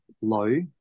low